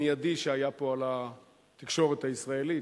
המיידי שהיה פה על התקשורת הישראלית,